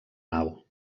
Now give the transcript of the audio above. nau